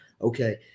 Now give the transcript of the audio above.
Okay